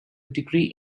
degree